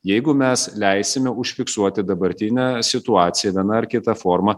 jeigu mes leisime užfiksuoti dabartinę situaciją viena ar kita forma